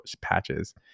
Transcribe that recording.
patches